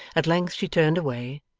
at length she turned away,